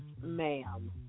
ma'am